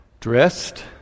dressed